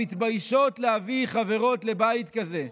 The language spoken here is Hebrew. המתביישות להביא חברות לבית כזה,